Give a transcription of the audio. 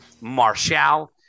Marshall